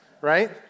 right